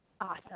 Awesome